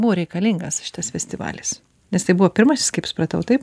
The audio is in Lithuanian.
buvo reikalingas šitas festivalis nes tai buvo pirmasis kaip supratau taip taip tai buvo pirmasis